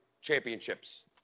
Championships